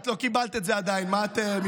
את לא קיבלת את זה עדיין, מה את מתלוננת?